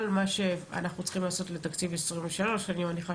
אבל מה שאנחנו צריכים לעשות לתקציב 2023 שאני מניחה